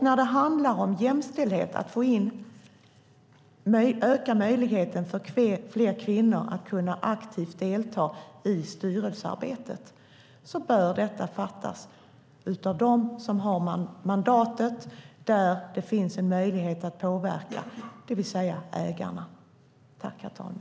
När det handlar om jämställdhet, att öka möjligheten för fler kvinnor att aktivt kunna delta i styrelsearbetet, bör beslut fattas av dem som har mandatet, där det finns en möjlighet att påverka, det vill säga av ägarna.